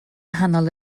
nghanol